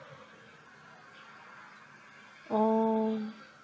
oh